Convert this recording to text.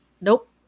nope